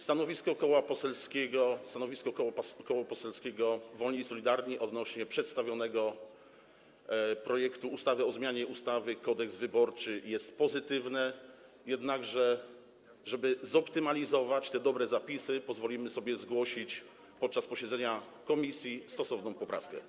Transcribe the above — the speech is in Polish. Stanowisko Koła Poselskiego Wolni i Solidarni odnośnie do przedstawionego projektu ustawy o zmianie ustawy Kodeks wyborczy jest pozytywne, jednakże żeby zoptymalizować te dobre zapisy, pozwolimy sobie zgłosić podczas posiedzenia komisji stosowną poprawkę.